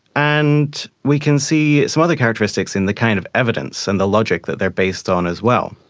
and we can see some other characteristics in the kind of evidence and the logic that they are based on as well.